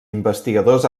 investigadors